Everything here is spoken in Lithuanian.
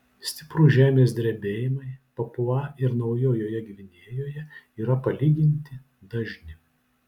stiprūs žemės drebėjimai papua ir naujojoje gvinėjoje yra palyginti dažni